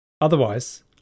Otherwise